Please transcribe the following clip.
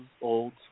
old